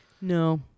No